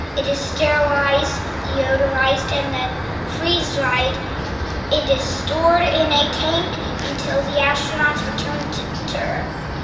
it is sterilized, deodorized and then freeze-dried. it is stored in a tank until the astronauts return to to earth.